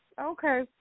Okay